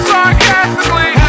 Sarcastically